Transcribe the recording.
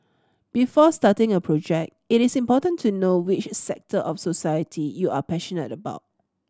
before starting a project it is important to know which sector of society you are passionate about